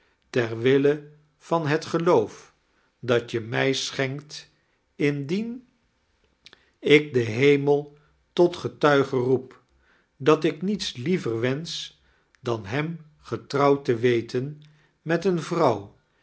ter wille van het geloof dat je mij schenkt irudien ik den hemel tot getuige roep dat ik niets liever wensch dan hem getrouwd te we ten met eene vrouw